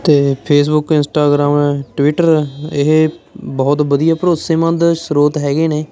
ਅਤੇ Facebook Instagram Twitter ਇਹ ਬਹੁਤ ਵਧੀਆ ਭਰੋਸੇਮੰਦ ਸਰੋਤ ਹੈਗੇ ਨੇ